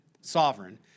Sovereign